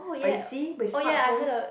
but you see with smart phones